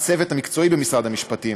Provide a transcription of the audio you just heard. לצוות המקצועי במשרד המשפטים,